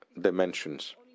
dimensions